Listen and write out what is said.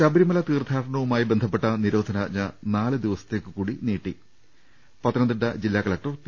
ശബരിമല തീർത്ഥാടനവുമായി ബന്ധപ്പെട്ട നിരോധനാജ്ഞ നാല് ദിവസത്തേക്ക് കൂടി നീട്ടി പത്തനംതിട്ട ജില്ലാ കലക്ടർ പി